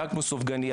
נראה כמו סופגנייה.